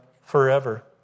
forever